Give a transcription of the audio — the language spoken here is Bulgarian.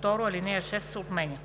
2. Ал. 6 се отменя.“